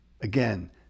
Again